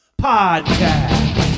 Podcast